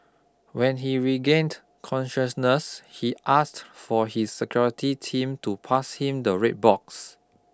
when he regained consciousness he asked for his security team to pass him the red box